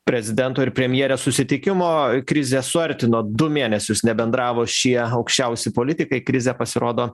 prezidento ir premjerės susitikimo krizė suartino du mėnesius nebendravo šie aukščiausi politikai krizė pasirodo